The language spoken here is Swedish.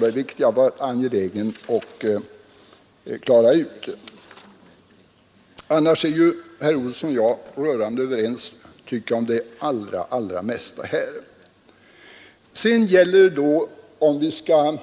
Det var detta jag var angelägen att klara ut i sammanhanget. Annars tycker jag att herr Olsson i Stockholm och jag är rörande överens om det allra mesta här. Sedan gäller det då om vi för gruvarbetarna skall